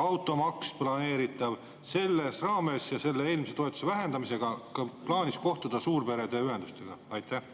automaks –, nende raames ja selle eelmise toetuse vähendamist arvestades kohtuda suurperede ühendustega? Aitäh!